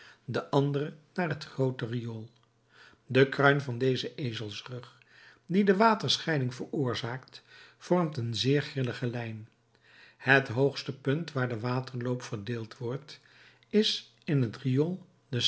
de andere naar het groote riool de kruin van dezen ezelsrug die de waterscheiding veroorzaakt vormt een zeer grillige lijn het hoogste punt waar de waterloop verdeeld wordt is in het riool